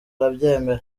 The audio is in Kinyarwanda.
arabyemera